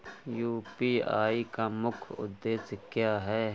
UPI का मुख्य उद्देश्य क्या है?